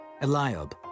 Eliab